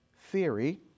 theory